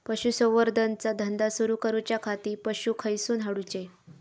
पशुसंवर्धन चा धंदा सुरू करूच्या खाती पशू खईसून हाडूचे?